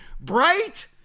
bright